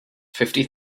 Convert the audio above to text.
fifty